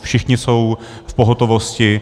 Všichni jsou v pohotovosti.